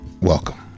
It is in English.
welcome